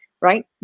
right